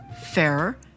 fairer